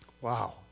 Wow